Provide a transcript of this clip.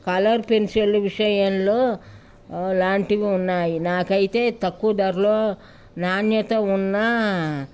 colour పెన్సిళ్ళ విషయంలో లాంటివి ఉన్నాయి నాకైతే తక్కువ ధరలో నాణ్యత ఉన్న